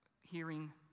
hearing